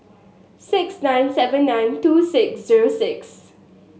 six nine seven nine two six zero six